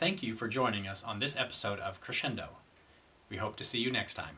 thank you for joining us on this episode of crescendo we hope to see you next time